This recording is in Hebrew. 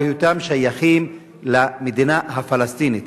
את היותם שייכים למדינה הפלסטינית.